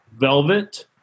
velvet